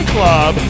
Club